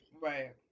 Right